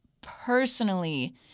personally